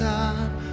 time